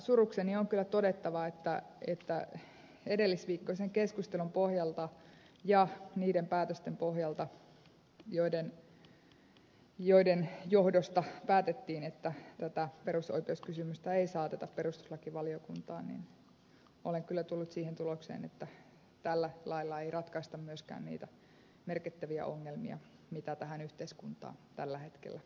surukseni on kyllä todettava että edellisviikkoisen keskustelun pohjalta ja niiden päätösten pohjalta joiden johdosta päätettiin että tätä perusoikeuskysymystä ei saateta perustuslakivaliokuntaan olen kyllä tullut siihen tulokseen että tällä lailla ei ratkaista myöskään niitä merkittäviä ongelmia mitä tähän yhteiskuntaan tällä hetkellä sisältyy